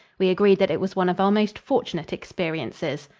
we agreed that it was one of our most fortunate experiences.